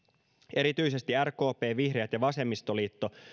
erityisesti rkp vihreät ja vasemmistoliitto